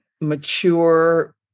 mature